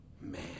man